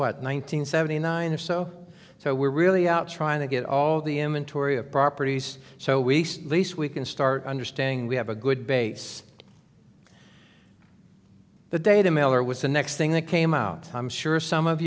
what nine hundred seventy nine or so so we're really out trying to get all the m and tory of properties so we least we can start understanding we have a good base the data mailer was the next thing that came out i'm sure some of